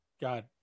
God